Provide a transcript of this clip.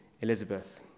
Elizabeth